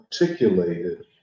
articulated